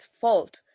fault